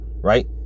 right